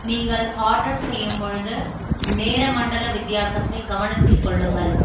நீங்கள் ஆர்டர் செய்யும் பொழுது நேர மண்டல வித்தியாசத்தை கவனத்தில் கொள்ளுங்கள்